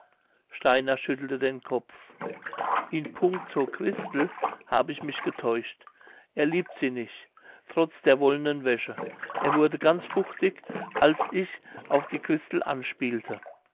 steiner schüttelte den kopf in puncto christel habe ich mich getäuscht er liebt sie nich trotz der wollenen wäsche er wurde ganz fuchtig als ich auf die christel anspielte